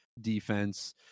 defense